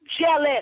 jealous